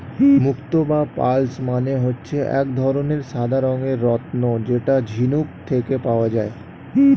মুক্তো বা পার্লস মানে হচ্ছে এক ধরনের সাদা রঙের রত্ন যেটা ঝিনুক থেকে পাওয়া যায়